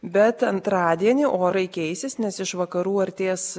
bet antradienį orai keisis nes iš vakarų artės